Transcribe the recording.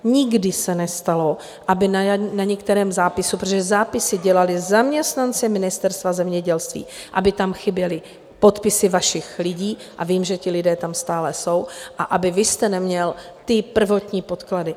Nikdy se nestalo, aby na některém zápisu protože zápisy dělali zaměstnanci Ministerstva zemědělství chyběly podpisy vašich lidí, a vím, že ti lidé tam stále jsou, a aby vy jste neměl ty prvotní podklady.